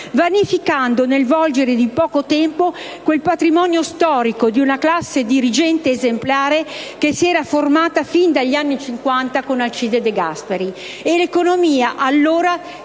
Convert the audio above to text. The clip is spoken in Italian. vanificando nel volgere di poco tempo quel patrimonio storico di una classe dirigente esemplare che si era formata fin dagli anni '50 con Alcide De Gasperi.